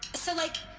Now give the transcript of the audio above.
so like.